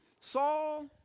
Saul